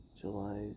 July